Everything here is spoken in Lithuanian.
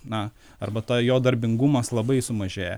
na arba ta jo darbingumas labai sumažėja